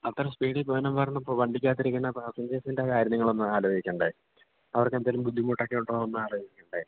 അത്ര സ്പീഡിൽ പോവാനും പറഞ്ഞൂ വണ്ടിക്ക് അകത്തിരിക്കുന്ന പാസഞ്ചേഴ്സിൻ്റെ കാര്യം നിങ്ങൾ ഒന്ന് ആലോചിക്കണ്ടേ അവർക്ക് എന്തെലും ബുദ്ധിമുട്ടൊക്കെ ഉണ്ടോ ഒന്ന് ആലോചിക്കണ്ടേ